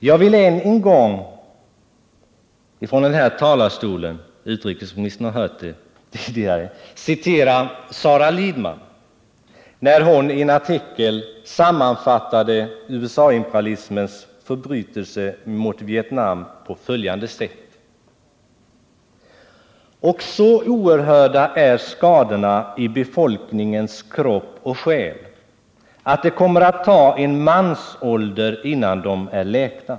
Jag vill än en gång från den här talarstolen — utrikesministern har hört det tidigare — citera Sara Lidman som i en artikel sammanfattade USA imperalismens förbrytelser mot Vietnam på följande sätt: ”Och så oerhörda är skadorna i befolkningens kropp och själ att det kommer att ta en mansålder innan de är läkta.